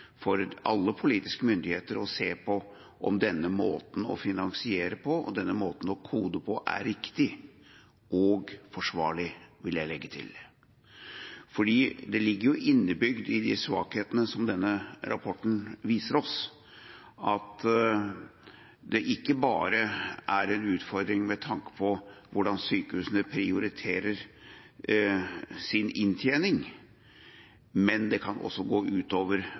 for alle politiske myndigheter å se på om denne måten å finansiere på, denne måten å kode på, er riktig – og forsvarlig, vil jeg legge til. Det ligger jo innebygd i de svakhetene som denne rapporten viser oss, at det ikke bare er en utfordring med tanke på hvordan sykehusene prioriterer sin inntjening, men det kan også gå